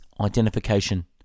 identification